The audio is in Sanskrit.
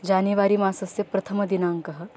जानेवरि मासस्य प्रथमदिनाङ्कः